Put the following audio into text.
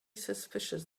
suspicious